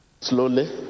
slowly